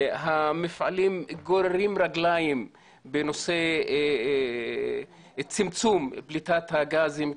המפעלים גוררים רגליים בנושא צמצום פליטת הגזים,